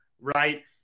right